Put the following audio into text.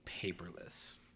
paperless